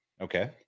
Okay